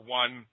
one